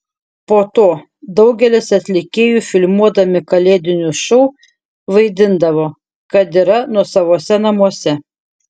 po to daugelis atlikėjų filmuodami kalėdinius šou vaidindavo kad yra nuosavose namuose